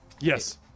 Yes